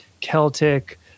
Celtic